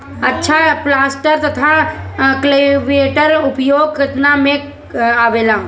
अच्छा प्लांटर तथा क्लटीवेटर उपकरण केतना में आवेला?